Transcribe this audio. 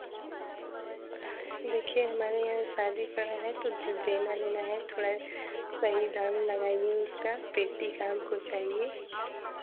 देखिए हमारे यहाँ शादी पड़ा है तो देना लेना है थोड़ा सही दाम लगाईए इसका पेटी का हमको चाहिए